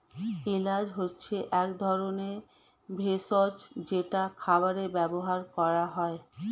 এলাচ হচ্ছে এক ধরনের ভেষজ যেটা খাবারে ব্যবহার করা হয়